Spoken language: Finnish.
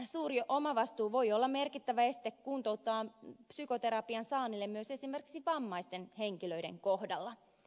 suuri omavastuu voi olla merkittävä este kuntouttavan psykoterapian saannille myös esimerkiksi vammaisten henkilöiden kohdalla